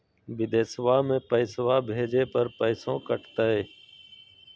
बिदेशवा मे पैसवा भेजे पर पैसों कट तय?